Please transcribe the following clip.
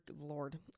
lord